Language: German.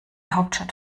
hauptstadt